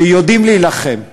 שיודעים להילחם,